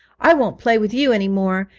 i won't play with you any more,